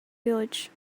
village